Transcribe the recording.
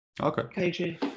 Okay